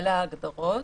אלה ההגדרות.